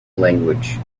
language